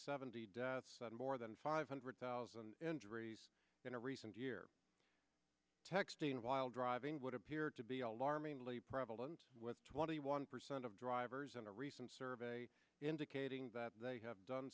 seventy deaths more than five hundred thousand injuries in a recent year texting while driving would appear to be alarmingly prevalent with twenty one percent of drivers in a recent survey indicating that they have done